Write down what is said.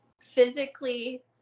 physically